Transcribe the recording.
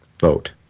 vote